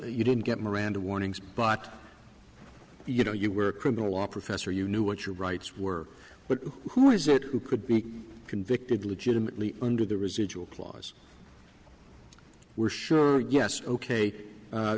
you didn't get miranda warnings but you know you were a criminal law professor you knew what your rights were but who is it who could be convicted legitimately under the residual clause were sure yes ok